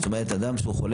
זאת אומרת אדם שהוא חולה